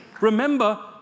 Remember